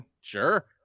Sure